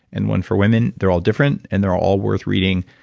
and one for women. they're all different and they're all worth reading,